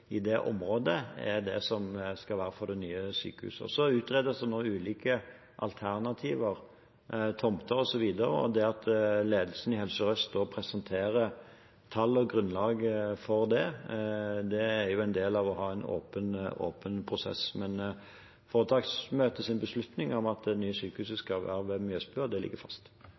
det nye sykehuset skal være i det området. Så utredes det nå ulike alternativer, tomter osv., og det at ledelsen i Helse Sør-Øst presenterer tall og grunnlag for det, er en del av å ha en åpen prosess. Men foretaksmøtets beslutning om at det nye sykehuset skal være ved